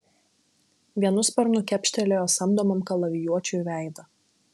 vienu sparnu kepštelėjo samdomam kalavijuočiui veidą